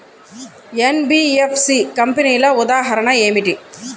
NBFC కంపెనీల ఉదాహరణ ఏమిటి?